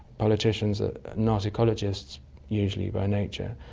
politicians are not ecologists usually by nature,